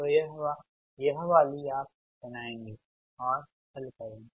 तो यह वाली आप बनाएँगे और हल करेंगे